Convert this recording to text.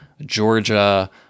Georgia